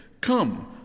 Come